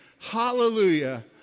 Hallelujah